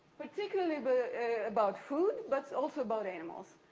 particularly but about food, but also about animals.